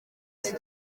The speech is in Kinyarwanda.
iki